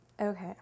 Okay